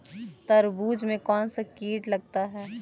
तरबूज में कौनसा कीट लगता है?